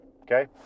Okay